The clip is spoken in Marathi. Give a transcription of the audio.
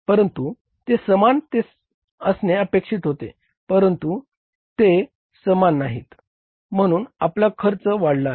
परंतु ते समान ते समान असणे अपेक्षित होते परंतु ते ते समान नाहीत म्हणून आपला चल खर्च वाढला आहे